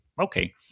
Okay